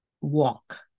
walk